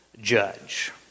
judge